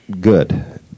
good